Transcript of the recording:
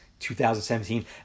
2017